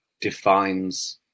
defines